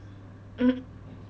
mm